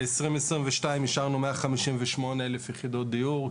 ב-2022 אישרנו 158,000 יחידות דיור,